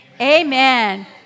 Amen